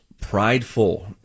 prideful